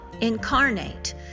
incarnate